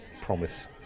promise